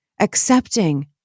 accepting